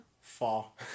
Fall